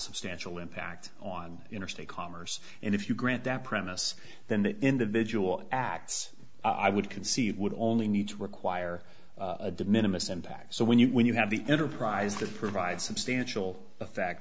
substantial impact on interstate commerce and if you grant that premise then that individual acts i would concede would only need to require a de minimus impact so when you when you have the enterprise to provide substantial effect